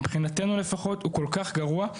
מבחינתנו, לפחות, הוא כול כך גרוע.